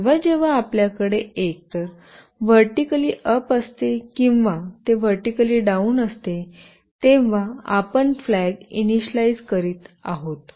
जेव्हा जेव्हा आपल्याकडे एकतर व्हर्टीकली अप असते किंवा ते व्हर्टीकली डाउन असते तेव्हा आपण फ्लॅग इनिशिअलइज करीत आहोत